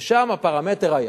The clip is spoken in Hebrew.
ושם הפרמטר היה